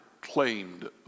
claimed